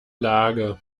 lage